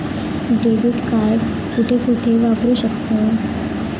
Debit card कुठे कुठे वापरू शकतव?